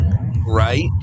Right